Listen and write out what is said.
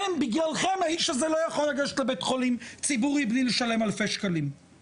ובגללכם האיש הזה לא יכול לגשת לבית חולים ציבורי בלי לשלם אלפי שקלים,